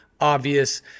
obvious